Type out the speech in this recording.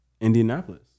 Indianapolis